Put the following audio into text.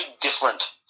different